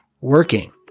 working